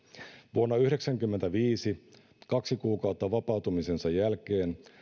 vuonna yhdeksänkymmentäviisi kaksi kuukautta vapautumisensa jälkeen